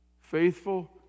faithful